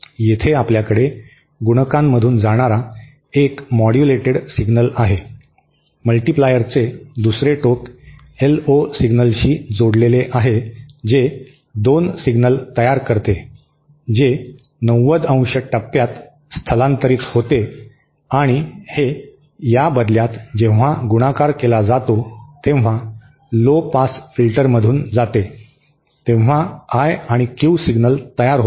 येथे आपल्याकडे गुणकांमधून जाणारा एक मॉड्यूलेटेड सिग्नल आहे मल्टीप्लायरचे दुसरे टोक एलओ सिग्नलशी जोडलेले आहे जे 2 सिग्नल तयार करते जे 90° टप्प्यात स्थलांतरित होते आणि हे या बदल्यात जेव्हा गुणाकार केला जातो तेव्हा लो पास फिल्टरमधून जाते तेव्हा आय आणि क्यू सिग्नल तयार होतो